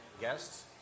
guests